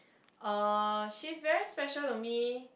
uh she's very special to me